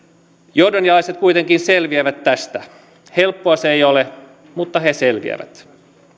jordanialaiset kuitenkin selviävät tästä helppoa se ei ole mutta he selviävät